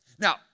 Now